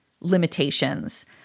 limitations